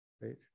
right